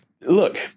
look